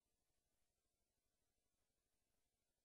עכשיו,